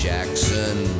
Jackson